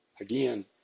Again